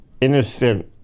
innocent